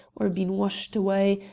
or been washed away,